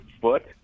foot